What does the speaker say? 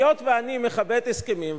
היות שאני מכבד הסכמים,